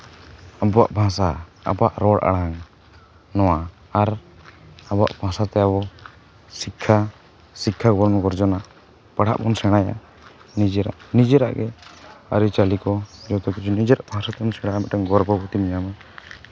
ᱟᱵᱚᱣᱟᱜ ᱵᱷᱟᱥᱟ ᱟᱵᱚᱣᱟᱜ ᱨᱚᱲ ᱟᱲᱟᱝ ᱱᱚᱣᱟ ᱟᱨ ᱟᱵᱚᱣᱟᱜ ᱵᱷᱟᱥᱟᱛᱮ ᱟᱵᱚ ᱥᱤᱠᱠᱷᱟ ᱥᱤᱠᱠᱷᱟ ᱵᱚᱱ ᱚᱨᱡᱚᱱᱟ ᱯᱟᱲᱦᱟᱜ ᱵᱚᱱ ᱥᱮᱬᱟᱭᱟ ᱱᱤᱡᱮᱨᱟᱜ ᱱᱤᱡᱮᱨᱟᱜ ᱜᱮ ᱟᱹᱨᱤᱪᱟᱹᱞᱤ ᱠᱚ ᱡᱚᱛᱚ ᱠᱤᱪᱷᱩ ᱱᱤᱡᱮᱨᱟᱜ ᱵᱷᱟᱥᱟ ᱛᱮᱵᱚᱱ ᱥᱮᱬᱟᱭᱟ ᱢᱤᱫᱴᱟᱝ ᱜᱚᱨᱵᱚᱵᱳᱫᱷᱮᱢ ᱧᱟᱢᱟ